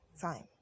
time